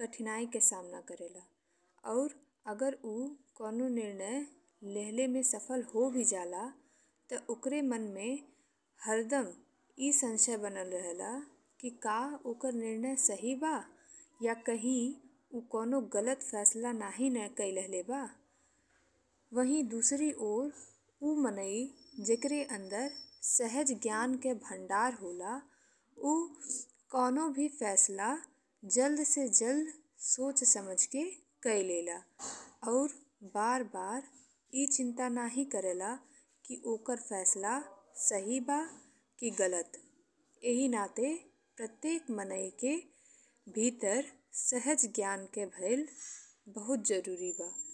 कठिनाई के सामना करेला और अगर ऊ कोनो निर्णय लेले में सफल हो भी जाला ते ओकरा मन में हरदम ए संशय बनल रहेला कि का ओकर निर्णय सही बा या कहीं ऊ कोनो गलत फैसला नाही ने कइ लेले बा। वहीं दुसरी ओर ऊ मनई जेकरा अंदर सहज ज्ञान के भंडार होला ऊ कोनो भी फैसला जल्द से जल्द सोच समझ के कइ लेला और बार बार ए चिंता नहीं करेला कि ओकरा फैसला सही बा कि गलत एहि नाते प्रत्येक मनई के भीतर सहज ज्ञान के भईल बहुत जरुरी होला।